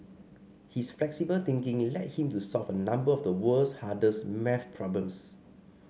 his flexible thinking led him to solve a number of the world's hardest maths problems